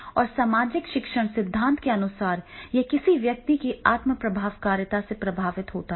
और सामाजिक शिक्षण सिद्धांत के अनुसार यह किसी व्यक्ति की आत्म प्रभावकारिता से प्रभावित होता है